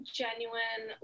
genuine